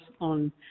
on